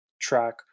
track